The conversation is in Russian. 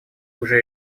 уже